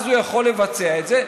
הוא יכול לבצע את זה.